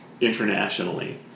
internationally